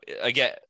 again